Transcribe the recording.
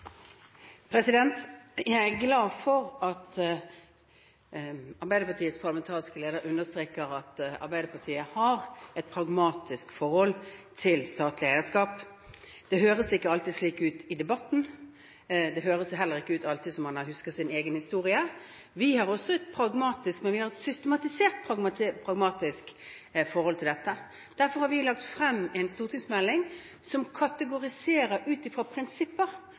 Jeg er glad for at Arbeiderpartiets parlamentariske leder understreker at Arbeiderpartiet har et pragmatisk forhold til statlig eierskap. Det høres ikke alltid slik ut i debatten. Det høres heller ikke alltid ut som man har husket sin egen historie. Vi har også et pragmatisk forhold til dette, men vi har et systematisert pragmatisk forhold til det. Derfor har vi lagt frem en stortingsmelding som kategoriserer ut fra prinsipper